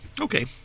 okay